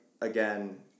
again